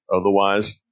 otherwise